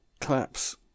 collapse